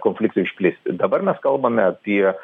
konfliktui išplist dabar mes kalbame apie